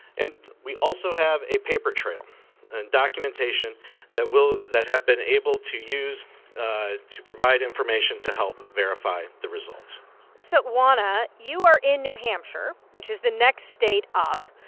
and we also have a paper trail and documentation that will that have been able to use to provide information to help verify the results so, juana, you are in new hampshire, which is the next state up.